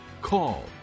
call